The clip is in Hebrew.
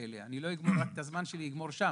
אני לא יכול לגמור את הזמן שלי שם.